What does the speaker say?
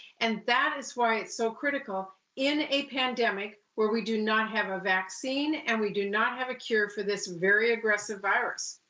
and that is why it's so critical in a pandemic, where we do not have a vaccine and we do not have a cure for this very aggressive virus.